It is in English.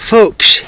Folks